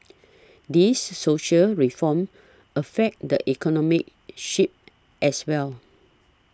these social reforms affect the economic sphere as well